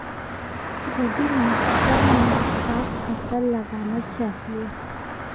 रबी मौसम म का फसल लगाना चहिए?